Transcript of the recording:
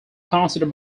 consider